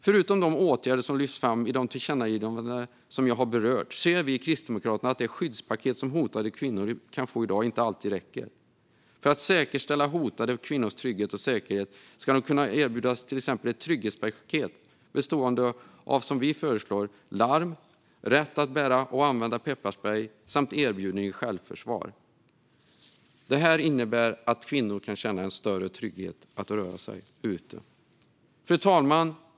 Förutom de åtgärder som lyfts i de tillkännagivanden som jag har berört ser vi i Kristdemokraterna att det skyddspaket som hotade kvinnor kan få i dag inte alltid räcker. För att säkerställa hotade kvinnors trygghet och säkerhet ska de till exempel kunna erbjudas ett trygghetspaket bestående av - som vi föreslår - larm, rätt att bära och använda pepparsprej samt erbjudande om träning i självförsvar. Detta skulle innebära att kvinnor kan känna en större trygghet när de rör sig ute. Fru talman!